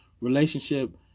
relationship